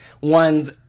one's